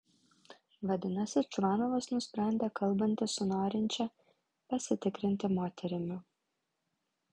vadinasi čvanovas nusprendė kalbantis su norinčia pasitikrinti moterimi